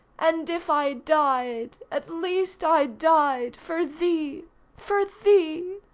and if i died, at least i died for thee for thee.